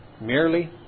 Merely